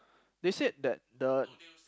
they said that the